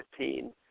2015